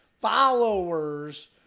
followers